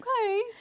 Okay